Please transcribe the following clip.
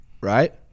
Right